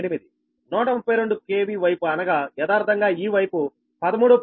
132 KV వైపు అనగా యదార్ధంగా ఈ వైపు 13